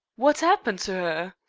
wot appened to er.